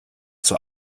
zur